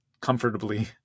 comfortably